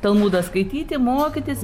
talmudą skaityti mokytis